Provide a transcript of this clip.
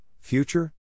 future